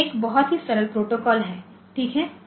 यह एक बहुत ही सरल प्रोटोकॉल है ठीक है